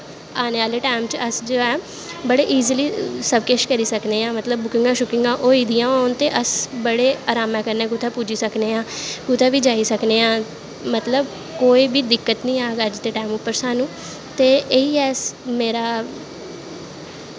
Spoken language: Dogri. आनें आह्ले टैम अस जो ऐं बड़े इज़ली सब किश करी सकनें आं मतलव बुकिंगा सुकिंगा होई दियां होन ते अस बड़े अरामां कन्नैं कुदै पुज्जी सकनें आं कुदै बा जाई सकनें आं मतलव कोई बी दिक्कत नेंई आह्ग अज्ज दे टैम उप्पर साह्नू ते एह् ही ऐ मेरा